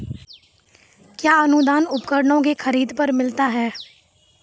कया अनुदान उपकरणों के खरीद पर मिलता है?